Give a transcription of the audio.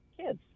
kids